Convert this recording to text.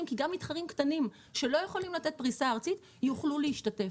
כי גם מתחרים קטנים שלא יכולים לתת פריסה ארצית יוכלו להשתתף.